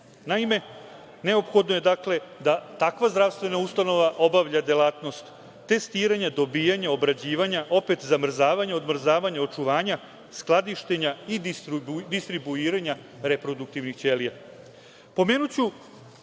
problematikom. Neophodno je dakle da takva zdravstvena ustanova obavlja delatnost testiranja, dobijanja, obrađivanja, opet zamrzavanja, odmrzavanja, očuvanja, skladištenja i distribuiranja reproduktivnih